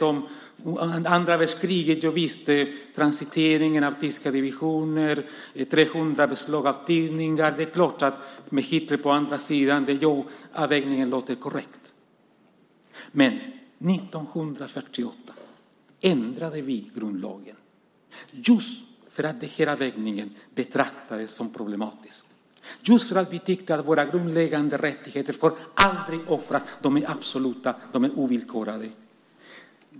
Under andra världskriget hade vi transiteringen av tyska divisioner och 300 beslag av tidningar. Det är klart att med Hitler på andra sidan låter avvägningen korrekt. Men 1948 ändrade vi grundlagen just för att den här avvägningen betraktades som problematisk, just för att vi tyckte att våra grundläggande rättigheter aldrig får offras, att de är absoluta och ovillkorliga.